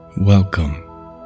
Welcome